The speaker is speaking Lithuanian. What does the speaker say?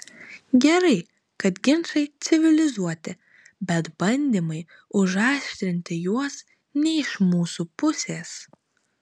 gerai kad ginčai civilizuoti bet bandymai užaštrinti juos ne iš mūsų pusės